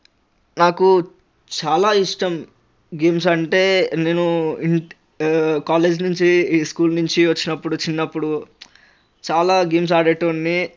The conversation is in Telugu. నాకు చాలా ఇష్టం గేమ్స్ అంటే నేను కాలేజ్ నుంచి స్కూల్ నుంచి వచ్చినప్పుడు చిన్నప్పుడు చాలా గేమ్స్ ఆడేటోన్ని